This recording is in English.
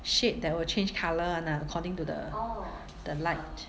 shade that will change colour [one] ah according to the the light